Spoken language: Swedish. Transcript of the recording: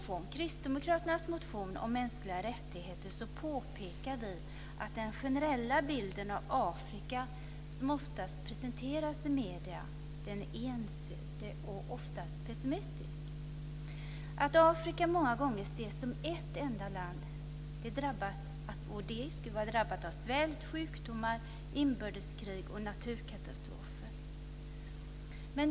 I kristdemokraternas motion om mänskliga rättigheter påpekar vi att den generella bilden av Afrika som ofta presenteras i medierna är ensidig och pessimistisk. Afrika ses många gånger som ett enda land som är drabbat av svält, sjukdomar, inbördeskrig och naturkatastrofer.